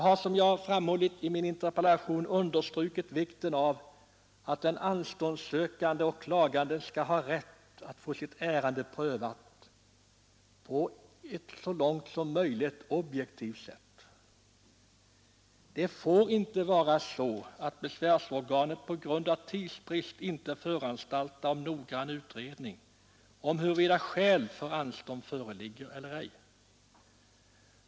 I min interpellation har jag understrukit vikten av att den anståndssökande och den klagande skall ha rätt att få sitt ärende prövat på ett så långt som möjligt objektivt sätt. Det får inte vara så att besvärsorganet på grund av tidsbrist inte föranstaltar om noggrann utredning huruvida skäl för anstånd föreligger eller ej.